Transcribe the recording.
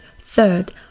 Third